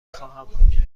خواهم